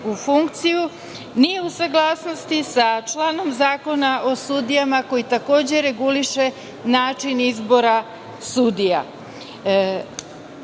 nije u saglasnosti sa članom Zakona o sudijama koji reguliše način izbora